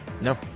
No